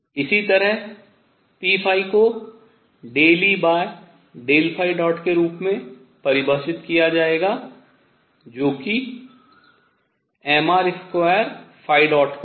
इसी तरह p को ∂E∂ के रूप में परिभाषित किया जाएगा जो कि mr2 होगा